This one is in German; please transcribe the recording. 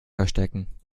verstecken